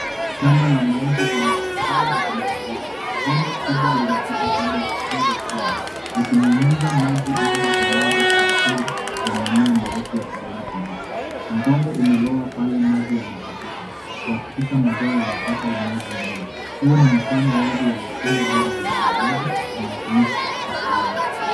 Shamba la maji linalostawi, likimwagiliwa .Bomba kubwa linapita kando ya ukingo wa shamba, likinyunyiza maji moja kwa moja kwenye shina za mimea mirefu ya kijani kibichi .Udongo umelowa pale maji yanapopita ,kuhakikisha mazao yanapata unyevu muhimu .Huo ni mfano wazi wa mfumo bora wa umwagiliaji unaotumika katika kilimo.